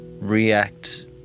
react